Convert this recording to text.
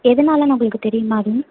எதனாலன்னு உங்களுக்கு தெரியுமா அது